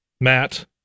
Matt